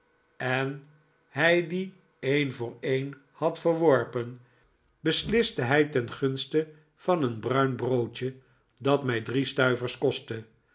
en hij die een voor een had verworpen besliste hij ten gunste van een bruin broodje dat mij drie stuivers kostte